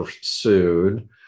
sued